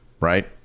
Right